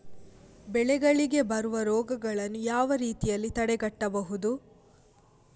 ಬೆಳೆಗಳಿಗೆ ಬರುವ ರೋಗಗಳನ್ನು ಯಾವ ರೀತಿಯಲ್ಲಿ ತಡೆಗಟ್ಟಬಹುದು?